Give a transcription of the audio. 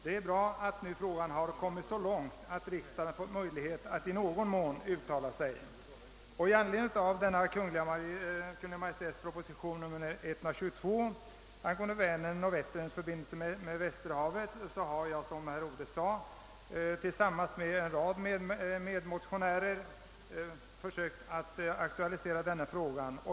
Det är bra att den frågan har kommit så långt att riksdagen i någon mån fått möjlighet att yttra sig. Med anledning av propositionen 122 angående Vänerns och Vätterns förbindelse med Västerhavet har jag, som herr Odhe sade, tillsammans med några medmotionärer försökt aktualisera denna fråga.